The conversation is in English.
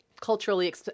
culturally